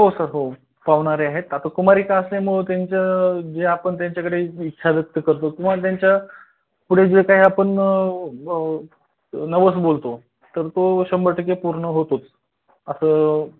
हो सर हो पावणारी आहेत आता कुमारीका असल्यामुळे त्यांचं जे आपण त्यांच्याकडे इच्छा व्यक्त करतो किंवा त्यांच्या पुढे जे काय आपण नवस बोलतो तर तो शंभर टक्के पूर्ण होतोच असं